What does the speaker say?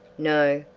no,